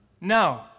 No